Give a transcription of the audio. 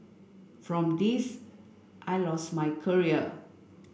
from this I lost my career